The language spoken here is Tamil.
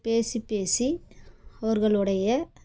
பேசி பேசி அவர்களுடைய